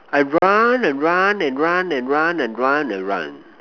I run and run and run and run and run and run